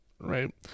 right